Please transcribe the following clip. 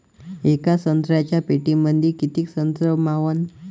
येका संत्र्याच्या पेटीमंदी किती संत्र मावन?